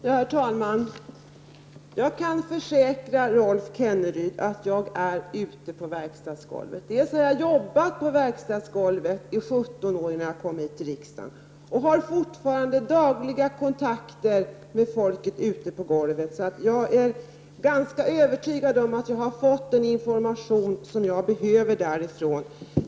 Herr talman! Jag kan försäkra Rolf Kenneryd att jag är ute på verkstadsgolvet. Jag har jobbat på verkstadsgolvet i 17 år innan jag kom till riksdagen, och jag har fortfarande dagliga kontakter med folket ute på golvet. Jag är ganska övertygad om att jag har fått den information därifrån som jag behöver.